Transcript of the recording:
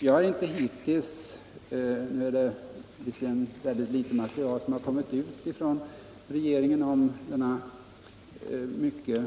Det är visserligen mycket litet material som regeringen släppt ut om